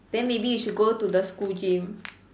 then maybe you should go to the school gym